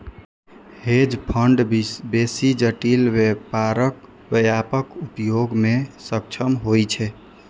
hedge fund बेसी जटिल व्यापारक व्यापक उपयोग मे सक्षम होइ छै